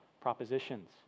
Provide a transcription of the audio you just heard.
propositions